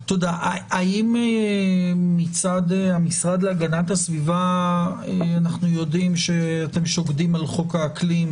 האם מצד המשרד להגנת הסביבה אנחנו יודעים שאתם שוקדים על חוק האקלים,